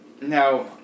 now